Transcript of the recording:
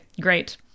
great